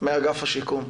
מאגף השיקום.